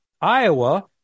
Iowa